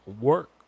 work